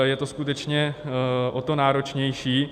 Je to skutečně o to náročnější.